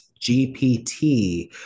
GPT